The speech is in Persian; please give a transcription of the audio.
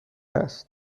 است